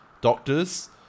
doctors